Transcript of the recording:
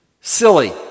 Silly